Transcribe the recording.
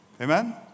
Amen